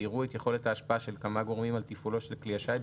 ויראו את יכולת ההשפעה של כמה גורמים על תפעולו של כלי השיט,